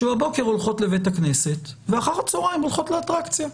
שבבוקר הולכות לבתי הכנסת ואחר הצוהריים הולכות לאטרקציה,